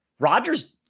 Rodgers